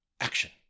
action